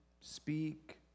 speak